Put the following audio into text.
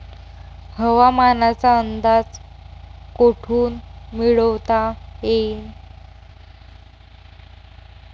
हवामानाचा अंदाज कोठून मिळवता येईन?